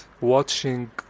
watching